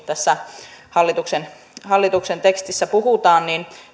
tässä hallituksen lakiesityksen tekstissäkin puhutaan